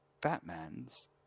batman's